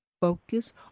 Focus